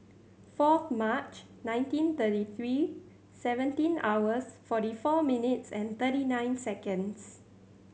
fourth March nineteen thirty three seventeen hours forty four minutes and thirty nine seconds